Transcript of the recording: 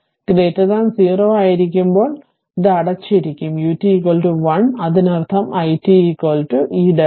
കോട്ട 0 ആയിരിക്കുമ്പോൾ അത് അടച്ചിരിക്കും ut 1 വലത് അതിനർത്ഥം i t ഈ ദിശ